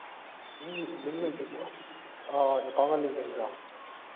link ꯂꯤꯡ ꯂꯩꯇꯕ꯭ꯔꯣ ꯑꯥ ꯑꯦꯀꯥꯎꯟꯒ ꯂꯤꯡ ꯂꯩꯕ꯭ꯔꯥ